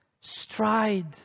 stride